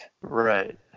Right